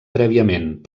prèviament